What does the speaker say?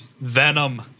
Venom